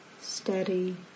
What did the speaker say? steady